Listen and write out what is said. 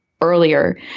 earlier